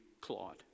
Claude